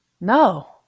No